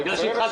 לתקנון הכנסת